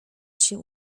się